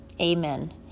Amen